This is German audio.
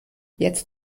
jetzt